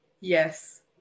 Yes